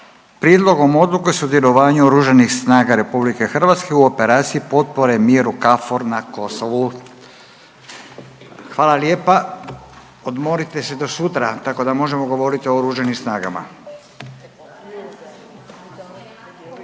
Prijedlogom odluke o sudjelovanju Oružanih snaga Republike Hrvatske u operaciji potpore miru KFOR na Kosovu. Hvala lijepa. Odmorite se do sutra tako da možemo govoriti o Oružanim snagama.